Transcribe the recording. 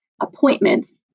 Appointments